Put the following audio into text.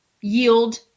yield